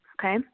okay